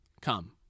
come